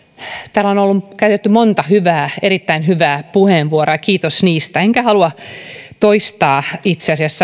täällä on on käytetty monta hyvää erittäin hyvää puheenvuoroa kiitos niistä enkä halua itse asiassa